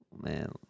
man